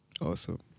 awesome